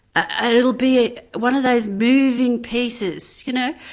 ah and it'll be one of those moving pieces. you know